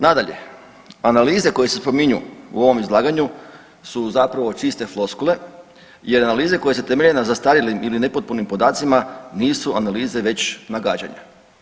Nadalje, analize koje se spominju u ovom izlaganju su zapravo čiste floskule jer analize koje se temelje na zastarjelim ili nepotpunim podacima nisu analize već nagađanja.